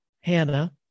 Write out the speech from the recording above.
Hannah